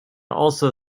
also